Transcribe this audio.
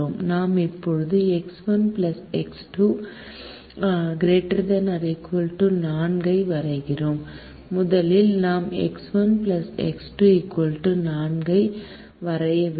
நாம் இப்போது X1 X2 ≥ 4 ஐ வரைகிறோம் முதலில் நாம் X1 X2 4 ஐ வரைய வேண்டும்